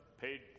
paid